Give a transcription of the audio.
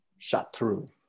Shatru